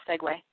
segue